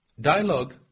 dialogue